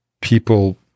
people